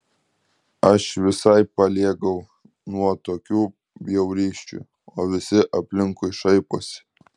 aš visai paliegau nuo tokių bjaurysčių o visi aplinkui šaiposi